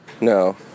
No